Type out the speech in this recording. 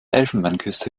elfenbeinküste